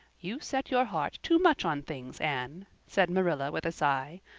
you set your heart too much on things, anne, said marilla, with a sigh.